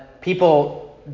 people